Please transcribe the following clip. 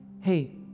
hey